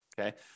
okay